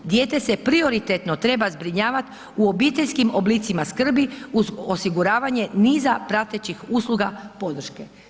Dijete se prioritetno treba zbrinjavati u obiteljskim oblicima skrbi, uz osiguravanje niza pratećih usluga podrške.